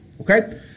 Okay